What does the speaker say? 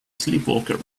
sleepwalker